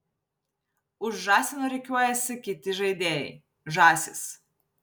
už žąsino rikiuojasi kiti žaidėjai žąsys